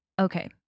Okay